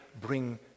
bring